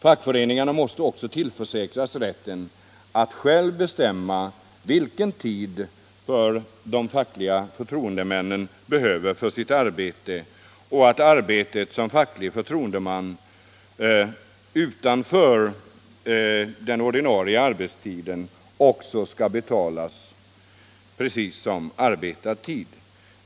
Fackföreningarna måste också tillförsäkras rätten att själva bestämma vilken tid de fackliga förtroendemännen behöver för sitt arbete samt att arbete som facklig förtroendeman utför på tid utanför den ordinarie arbetstiden skall betalas som arbetad tid.